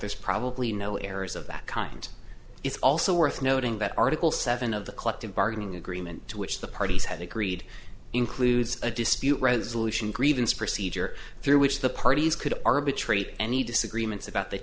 there's probably no errors of that kind it's also worth noting that article seven of the collective bargaining agreement to which the parties have agreed includes a dispute resolution grievance procedure through which the parties could arbitrate any disagreements about the